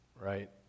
right